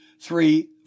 three